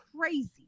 crazy